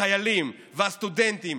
החיילים והסטודנטים,